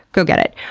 go get it.